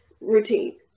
routine